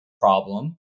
problem